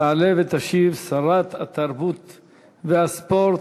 תעלה ותשיב שרת התרבות והספורט,